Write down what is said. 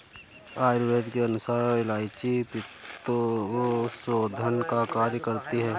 आयुर्वेद के अनुसार इलायची पित्तशोधन का कार्य करती है